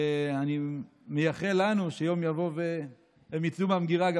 אני מאחל לנו שיום יבוא וגם השירים יצאו מהמגירה.